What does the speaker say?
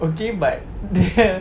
okay but dia